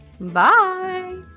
Bye